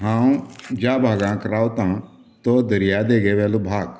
हांव ज्या भागांक रावतां तो दर्यादेगेंवेलो भाग